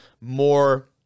more